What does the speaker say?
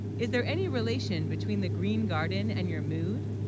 is there any relation between the green garden and your mood